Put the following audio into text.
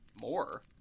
more